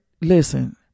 listen